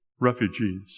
refugees